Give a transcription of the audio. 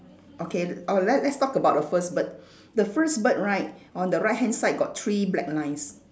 okay oh let's let's talk about the first bird the first bird right on the right hand side got three black lines